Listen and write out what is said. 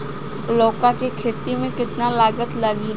लौका के खेती में केतना लागत लागी?